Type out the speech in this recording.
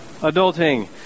adulting